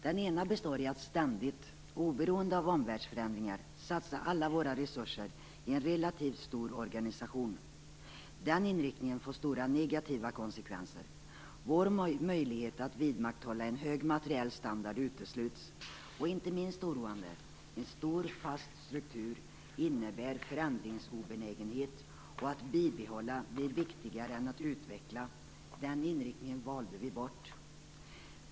Den ena består i att ständigt, oberoende av omvärldsförändringar, satsa alla våra resurser i en relativt stor organisation. Den inriktningen får stora negativa konsekvenser. Vår möjlighet att vidmakthålla en hög materiell standard utesluts. Inte minst oroande är att en stor fast struktur innebär förändringsobenägenhet. Att bibehålla blir viktigare än att utveckla. Den inriktningen valde vi bort.